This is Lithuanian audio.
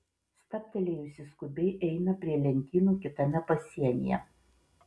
stabtelėjusi skubiai eina prie lentynų kitame pasienyje